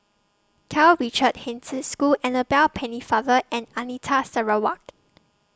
Karl Richard Hanitsch Annabel Pennefather and Anita Sarawak